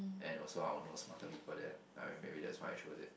and also I want to know smarter people there I think maybe that's why I choose it